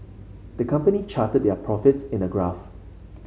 the company charted their profits in a graph